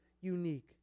unique